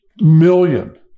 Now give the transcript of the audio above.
million